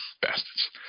bastards